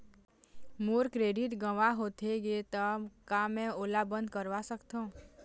मोर credit गंवा होथे गे ता का मैं ओला बंद करवा सकथों?